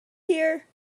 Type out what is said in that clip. here